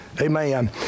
Amen